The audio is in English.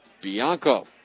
Bianco